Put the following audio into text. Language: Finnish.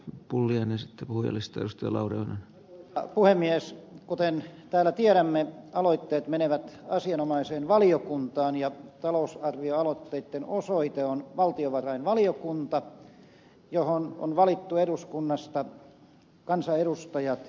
pulliainen se on ylistystä laurin pal puhemies kuten täällä tiedämme aloitteet menevät asianomaiseen valiokuntaan ja talousarvioaloitteitten osoite on valtiovarainvaliokunta johon on valittu eduskunnasta kansanedustajat